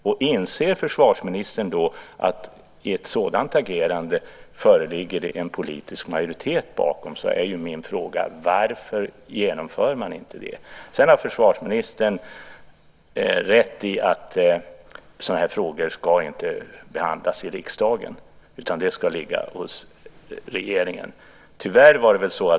Om försvarsministern inser att det bakom ett sådant här agerande ligger en politisk majoritet är min fråga: Varför genomför man inte det? Sedan har försvarsministern rätt i att sådana här frågor inte ska behandlas i riksdagen utan ska åvila regeringen.